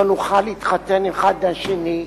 לא נוכל להתחתן אחד עם השני,